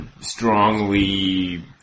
strongly